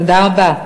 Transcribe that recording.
תודה רבה.